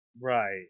Right